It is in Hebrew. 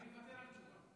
אני מוותר על תשובה.